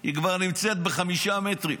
היא כבר נמצאת בחמישה מטרים.